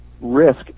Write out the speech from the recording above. risk